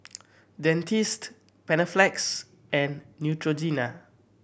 Dentiste Panaflex and Neutrogena